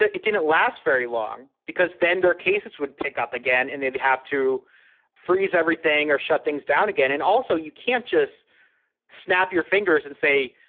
ah it didn't last very long because then their cases would pick up again and they'd have to freeze everything or shut things down again. and also, you can't just snap your fingers and say,